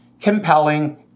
compelling